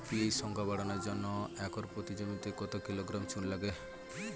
PH সংখ্যা বাড়ানোর জন্য একর প্রতি জমিতে কত কিলোগ্রাম চুন লাগে?